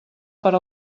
per